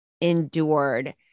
endured